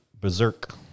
Berserk